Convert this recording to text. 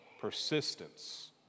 persistence